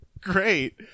great